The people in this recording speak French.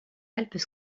alpes